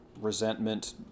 Resentment